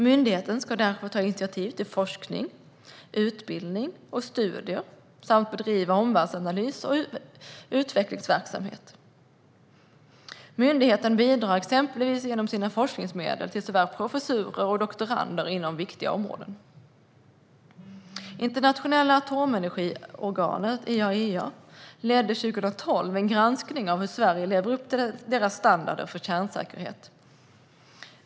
Myndigheten ska därför ta initiativ till forskning, utbildning och studier samt bedriva omvärldsanalys och utvecklingsverksamhet. Myndigheten bidrar exempelvis genom sina forskningsmedel till professurer och doktorander inom viktiga områden. Internationella atomenergiorganet, IAEA, ledde 2012 en granskning av hur Sverige lever upp till deras standarder för kärnsäkerhet.